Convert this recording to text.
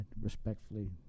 respectfully